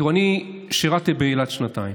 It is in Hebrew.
אני שירתי באילת שנתיים.